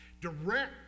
Direct